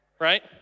right